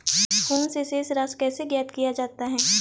Phone से शेष राशि कैसे ज्ञात किया जाता है?